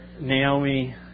Naomi